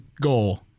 goal